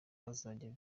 bazajya